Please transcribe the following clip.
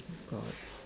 God